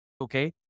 Okay